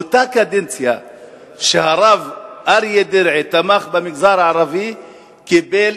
באותה קדנציה שהרב אריה דרעי תמך במגזר הערבי הוא קיבל